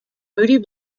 moody